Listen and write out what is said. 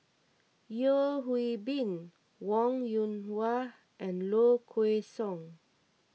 Yeo Hwee Bin Wong Yoon Wah and Low Kway Song